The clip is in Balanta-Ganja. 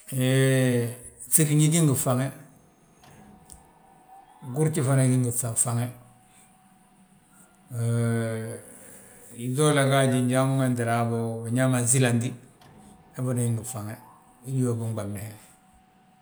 Hee ŧiriñi gí ngi faŋe, gurji fana gí ngi faŋe, yíŧi holla gaaj, njan wentele habo binyaa ma ansílanti, he fana gí ngi faŋe hi yoofi ɓamni he.